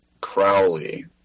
Crowley